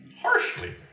harshly